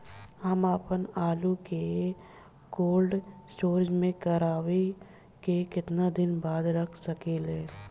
हम आपनआलू के कोल्ड स्टोरेज में कोराई के केतना दिन बाद रख साकिले?